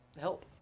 help